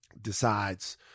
decides